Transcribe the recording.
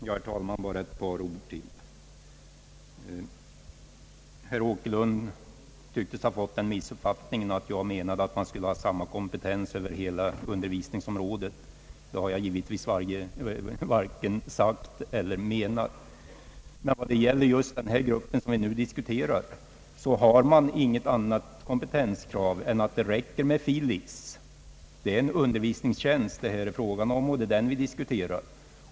Herr talman! Bara ett par ord till herr Åkerlund! Han tycks ha fått den missuppfattningen, att jag menade att man skulle kräva samma kompetens för alla kategorier över hela undervisningsområdet. Det har jag givetvis vare sig sagt eller menat. Men när det gäller just den grupp som vi nu diskuterar, så finns det inget annat kompetenskrav än fil. lic.-examen. Det räcker med det. Här är det fråga om en undervisningstjänst och det är den vi skall diskutera.